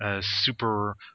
super